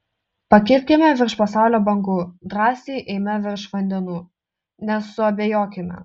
pakilkime virš pasaulio bangų drąsiai eime virš vandenų nesuabejokime